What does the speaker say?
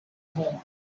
home